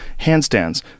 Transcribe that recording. handstands